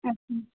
ਅੱਛਾ